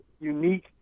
unique